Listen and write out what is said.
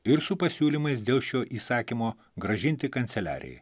ir su pasiūlymais dėl šio įsakymo grąžinti kanceliarijai